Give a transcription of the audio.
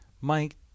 Mike